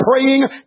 praying